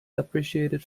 appreciated